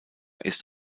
ist